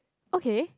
okay